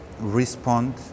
respond